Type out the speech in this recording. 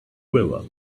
river